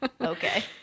okay